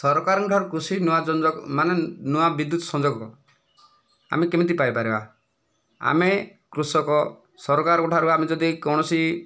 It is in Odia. ସରକାରକଙ୍କର କୃଷି ନୂଆ ଯୋଜନା ମାନେ ନୂଆଁ ବିଦ୍ୟୁତ ସଂଯୋଗ ଆମେ କେମିତି ପାଇପାରିବା ଆମେ କୃଷକ ସରକାରଙ୍କ ଠାରୁ ଆମେ ଯଦି କୌଣସି